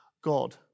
God